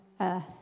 earth